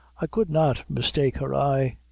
i could not mistake her eye.